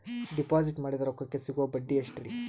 Deposit ಮಾಡಿದ ರೊಕ್ಕಕೆ ಸಿಗುವ ಬಡ್ಡಿ ಎಷ್ಟ್ರೀ?